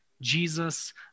Jesus